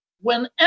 whenever